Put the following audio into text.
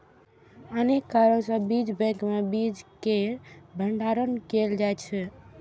अनेक कारण सं बीज बैंक मे बीज केर भंडारण कैल जाइ छै